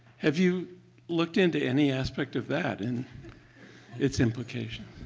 have you looked into any aspect of that and its implication?